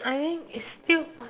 I think it's still